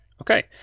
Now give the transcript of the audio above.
Okay